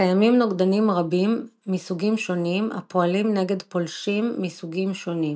קיימים נוגדנים רבים מסוגים שונים הפועלים נגד פולשים מסוגים שונים.